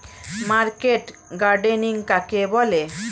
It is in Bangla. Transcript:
মার্কেট গার্ডেনিং কাকে বলে?